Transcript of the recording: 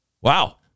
Wow